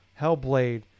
Hellblade